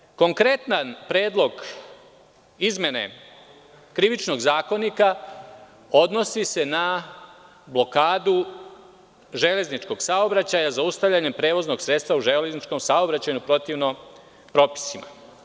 Međutim, konkretan predlog izmene Krivičnog zakonika odnosi se na blokadu železničkog saobraćaja zaustavljanjem prevoznog sredstva u železničkom saobraćaju protivno propisima.